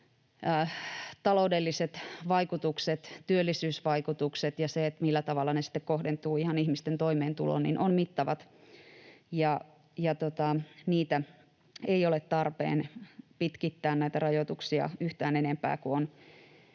taloudelliset vaikutukset, työllisyysvaikutukset ja se, millä tavalla ne sitten kohdentuvat ihan ihmisten toimeentuloon, ovat mittavat, ja näitä rajoituksia ei ole tarpeen pitkittää yhtään enempää kuin